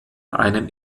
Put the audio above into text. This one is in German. einem